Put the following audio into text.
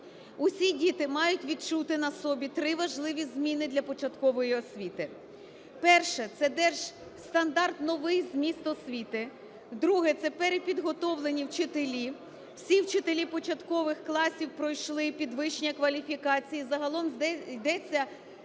Усі діти мають відчути на собі три важливі зміни для початкової освіти. Перше. Це Держстандарт, новий зміст освіти. Друге. Це перепідготовлені вчителі. Всі вчителі початкових класів пройшли підвищення кваліфікації. Загалом йдеться